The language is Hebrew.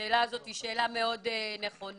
השאלה הזאת מאוד נכונה.